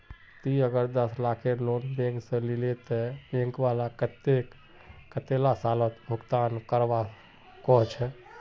ती अगर दस लाखेर लोन बैंक से लिलो ते बैंक वाला कतेक कतेला सालोत भुगतान करवा को जाहा?